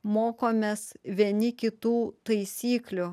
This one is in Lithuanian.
mokomės vieni kitų taisyklių